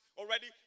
already